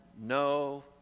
no